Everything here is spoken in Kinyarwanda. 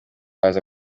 haza